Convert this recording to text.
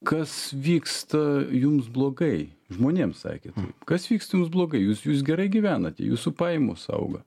kas vyksta jums blogai žmonėms sakėt kas vyksta jums blogai jūs jūs gerai gyvenat jūsų pajamos auga